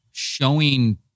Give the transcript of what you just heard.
showing